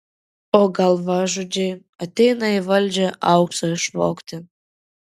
o galvažudžiai ateina į valdžią aukso išvogti